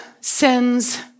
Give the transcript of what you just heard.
sins